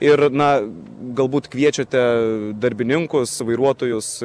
ir na galbūt kviečiate darbininkus vairuotojus